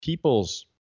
People's